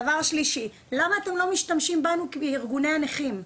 דבר שלישי, למה אתם לא משתמשים בנו, ארגוני הנכים?